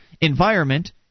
environment